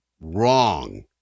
wrong